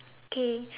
okay